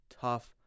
tough